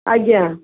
ଆଜ୍ଞା